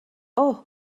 اوه